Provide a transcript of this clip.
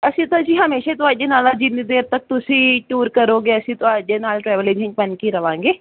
ਅਸੀਂ ਤਾਂ ਜੀ ਹਮੇਸ਼ਾ ਤੁਹਾਡੇ ਨਾਲ ਜਿੰਨੀ ਦੇਰ ਤੱਕ ਤੁਸੀਂ ਟੂਰ ਕਰੋਗੇ ਅਸੀਂ ਤੁਹਾਡੇ ਨਾਲ ਟਰੈਵਲਿੰਗ ਬਣ ਕੇ ਰਵਾਂਗੇ